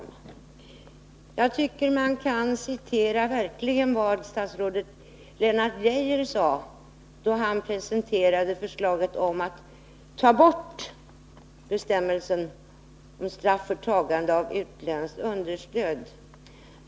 Jag tycker att man i detta sammanhang kan återge vad statsrådet Lennart Geijer sade, då han presenterade förslaget om att ta bort bestämmelsen om straff för tagande av utländskt understöd.